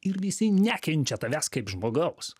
ir visi nekenčia tavęs kaip žmogaus